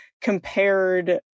compared